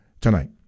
tonight